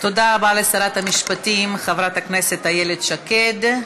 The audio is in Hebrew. תודה רבה לשרת המשפטים חברת הכנסת איילת שקד.